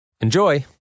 Enjoy